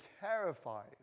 terrified